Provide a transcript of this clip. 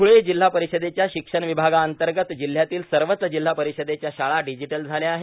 ध्वळे जिल्हा र्पारषदेच्या शिक्षण र्वभागांतगत जिल्ह्यातील सवच जिल्हा र्पारषदेच्या शाळा डिजिटल झाल्या आहेत